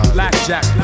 Blackjack